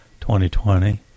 2020